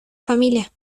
familia